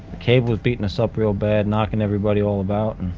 cable was beating us up real bad, knocking everybody all about